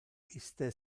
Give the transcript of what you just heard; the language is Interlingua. iste